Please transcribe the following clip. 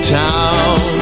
town